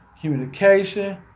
communication